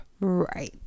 Right